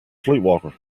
sleepwalker